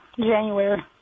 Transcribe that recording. January